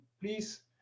please